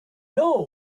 know